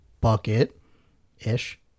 bucket-ish